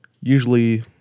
Usually